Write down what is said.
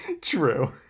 True